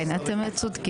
כן, אתם צודקים.